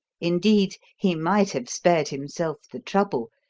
indeed, he might have spared himself the trouble,